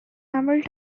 emerald